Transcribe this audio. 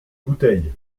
bouteille